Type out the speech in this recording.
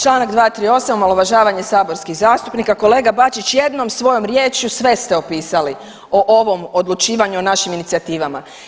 Čl. 238. omalovažavanje saborskih zastupnika, kolega Bačić jednom svojom riječju sve ste opisali o ovom odlučivanju o našim inicijativama.